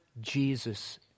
Jesus